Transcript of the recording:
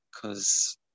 Cause